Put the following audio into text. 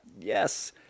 yes